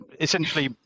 essentially